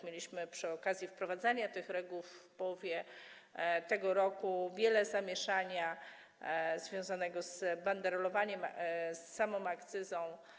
Mieliśmy przy okazji wprowadzania tych reguł w połowie tego roku wiele zamieszania związanego z banderolowaniem, z samą akcyzą.